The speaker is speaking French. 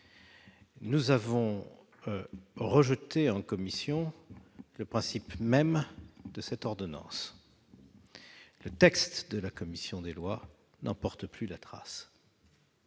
Nous avions rejeté, en commission, le principe même de cette ordonnance. Le texte de la commission des lois n'en porte plus la trace.